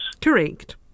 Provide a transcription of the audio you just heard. Correct